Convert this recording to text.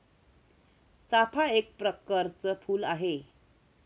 चाफा एक प्रकरच फुल आहे